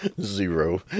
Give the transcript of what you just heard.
Zero